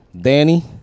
Danny